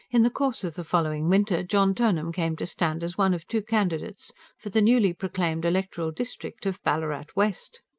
in the course of the following winter john turnham came to stand as one of two candidates for the newly proclaimed electoral district of ballarat west.